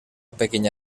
pequeña